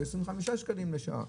או 25 שקלים לשעה.